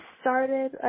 started